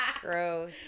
Gross